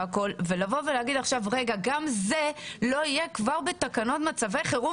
לבוא ולומר עכשיו שגם זה לא יהיה כבר בתקנות מצבי חירום